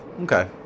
Okay